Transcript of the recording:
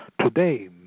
today